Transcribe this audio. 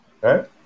Right